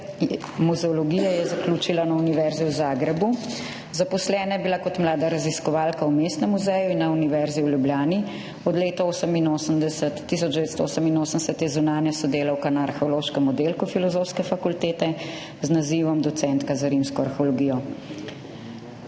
muzeologije je zaključila na Univerzi v Zagrebu, zaposlena je bila kot mlada raziskovalka v Mestnem muzeju in na Univerzi v Ljubljani. Od leta 1988 je zunanja sodelavka na arheološkem oddelku Filozofske fakultete z nazivom docentka za rimsko arheologijo.